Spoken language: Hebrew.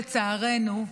לצערנו,